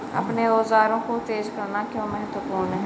अपने औजारों को तेज करना क्यों महत्वपूर्ण है?